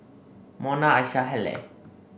Monna Asha Halle